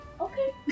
Okay